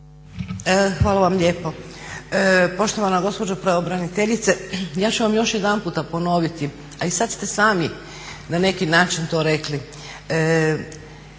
Hvala vam lijepo. Poštovana gospođo pravobraniteljice, ja ću vam još jedanputa ponoviti, a sada ste i sami na neki način to rekli.